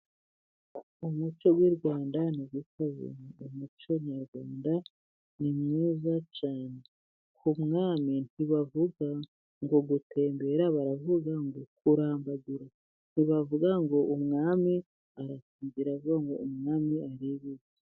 Umuco w'i Rwanda nigukoze umuco nyarwanda ni mwiza cyane. Ku mwami ntibavuga ngo gutembera, baravuga ngo kurambagira. Ntibavuga ngo umwami arasidi vuba ngo umwami arebe.